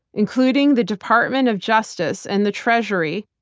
including the department of justice and the treasury,